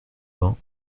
vingt